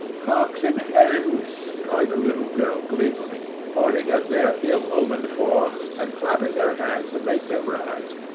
cocks and hens, cried the little girl gleefully, pointing at their ill-omened forms, and clapping her hands to make them rise.